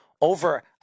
over